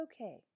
okay